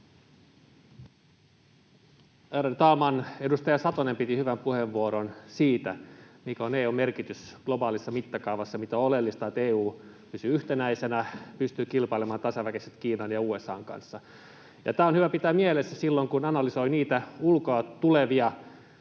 Ärade talman! Edustaja Satonen piti hyvän puheenvuoron siitä, mikä on EU:n merkitys globaalissa mittakaavassa, miten on oleellista, että EU pysyy yhtenäisenä, pystyy kilpailemaan tasaväkisesti Kiinan ja USA:n kanssa. Tämä on hyvä pitää mielessä silloin, kun analysoi ulkoa tulevia